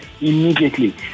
immediately